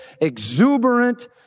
exuberant